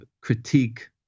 critique